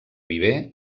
viver